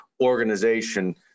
organization